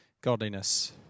godliness